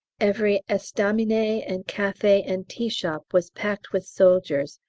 every estaminet and cafe and tea-shop was packed with soldiers,